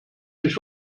nicht